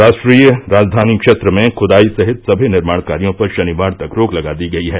राष्ट्रीय राजधानी क्षेत्र में खुदाई सहित सभी निर्माण कार्यो पर शनिवार तक रोक लगा दी गई है